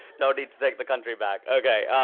no need to take the country back. ok.